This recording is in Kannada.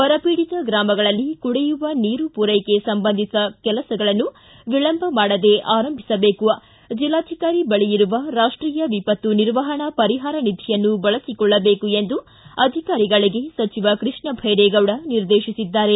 ಬರ ಪೀಡಿತ ಗ್ರಾಮಗಳಲ್ಲಿ ಕುಡಿಯುವ ನೀರು ಪೂರೈಕೆ ಸಂಬಂಧಿತ ಕೆಲಸಗಳನ್ನು ವಿಳಂಬ ಮಾಡದೆ ಆರಂಭಿಸಬೇಕು ಜಿಲ್ಲಾಧಿಕಾರಿ ಬಳಿ ಇರುವ ರಾಷ್ಟೀಯ ವಿಪತ್ತು ನಿರ್ವಹಣಾ ಪರಿಪಾರ ನಿಧಿಯನ್ನು ಬಳಸಿಕೊಳ್ಳಬೇಕು ಎಂದು ಅಧಿಕಾರಿಗಳಿಗೆ ಸಚಿವ ಕೃಷ್ಣಬೈರೇಗೌಡ ನಿರ್ದೇಶಿಸಿದ್ದಾರೆ